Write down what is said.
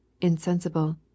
insensible